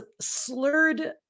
slurred